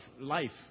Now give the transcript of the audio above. life